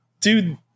dude